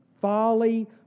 Folly